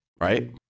right